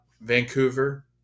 Vancouver